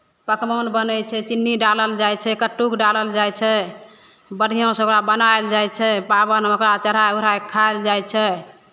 पकवान बनै छै चीनी डालल जाइ छै कट्टूक डालल जाइ छै बढ़िआँसँ ओकरा बनायल जाइ छै पाबनिमे ओकरा चढ़ा उढ़ा कऽ खायल जाइ छै